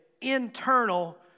internal